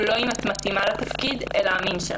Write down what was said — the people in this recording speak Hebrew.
לא אם את מתאימה לתפקיד אלא המין שלך?